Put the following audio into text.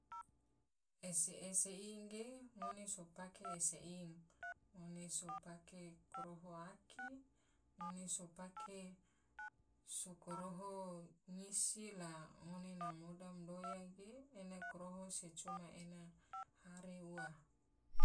Ese ese ing ge ngone so pake ese ing, ngone so pake koroho aki, ngone so pake so, ngone so pake so koroho ngisi, la ngone na moda madoya ge ena koroho se coma ena hare ua.